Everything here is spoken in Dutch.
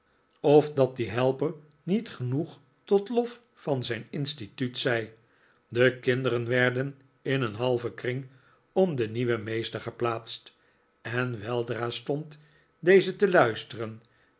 of dat die helper niet genoeg tot lof van zijn instituut zei de kinderen werden in een halven kring om den nieuwen meester geplaatst en weldra stond deze te luisteren